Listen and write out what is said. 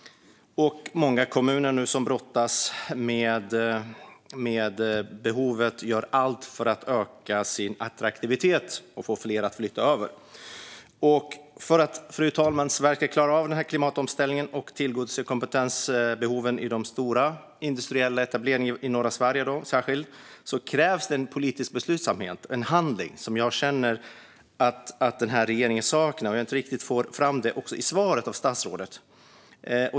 Många kommuner brottas nu med behovet och gör allt för att öka sin attraktivitet och få fler att flytta över. Fru talman! För att Sverige ska klara av klimatomställningen och tillgodose kompetensbehoven i de stora industriella etableringarna, särskilt i norra Sverige, krävs det en politisk beslutsamhet och en handlingskraft som jag känner att regeringen saknar och inte riktigt får fram i svaret från statsrådet.